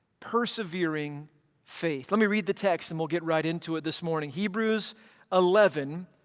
persevering faith. let me read the text and we'll get right into it this morning. hebrews eleven,